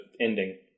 ending